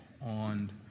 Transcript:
on